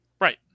Right